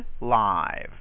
live